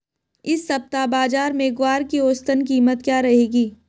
इस सप्ताह बाज़ार में ग्वार की औसतन कीमत क्या रहेगी?